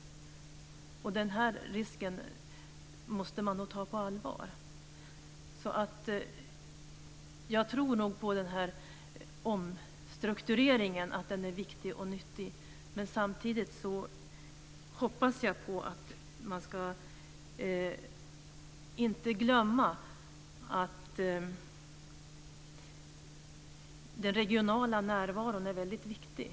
Den risken måste nog tas på allvar. Jag menar att den här omstruktureringen nog är både viktig och nyttig, men samtidigt hoppas jag att man inte glömmer att den regionala närvaron är väldigt viktig.